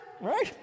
right